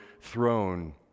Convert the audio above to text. throne